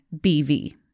BV